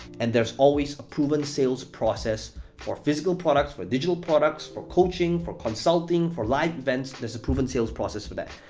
and there's always proven sales process for physical products, for digital products, for coaching, for consulting, for live events. there's a proven sales process for that.